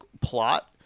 plot